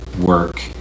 work